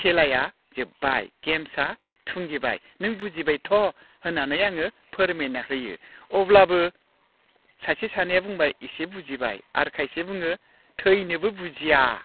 खेलाया जोब्बाय गेम्सआ थुंगेबाय नों बुजिबायथ' होननानै आङो फोरमायना होयो अब्लाबो सासे सानैया बुंबाय इसे बुजिबाय आरो खायसे बुङो थैनोबो बुजिया